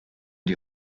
die